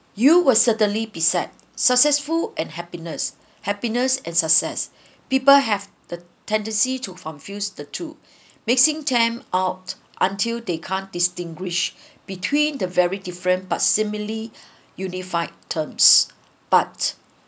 you'll certainly be sad successful and happiness happiness and success people have the tendency to confuse the two mixing them out until they can't distinguish between the very different but similarly unified terms but